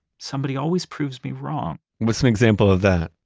somebody always proves me wrong what's an example of that?